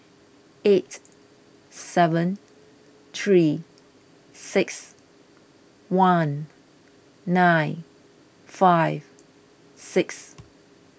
eight seven three six one nine five six